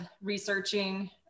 researching